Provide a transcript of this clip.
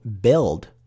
build